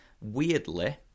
weirdly